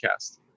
Podcast